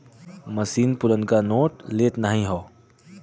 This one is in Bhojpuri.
मसीन पुरनका नोट लेत नाहीं हौ